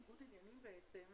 ניגוד עניינים זה לא חד-פעמי.